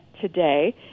today